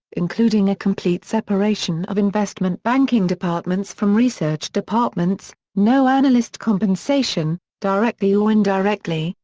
including a complete separation of investment banking departments from research departments, no analyst compensation, directly or indirectly,